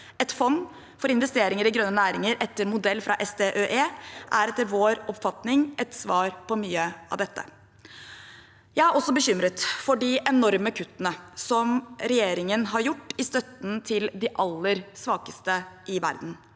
Et fond for investeringer i grønne næringer, etter modell fra SDØE, er etter vår oppfatning et svar på mye av dette. Jeg er også bekymret for de enorme kuttene regjeringen har gjort i støtten til de aller svakeste i verden.